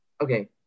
Okay